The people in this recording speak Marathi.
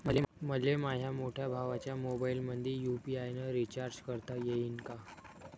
मले माह्या मोठ्या भावाच्या मोबाईलमंदी यू.पी.आय न रिचार्ज करता येईन का?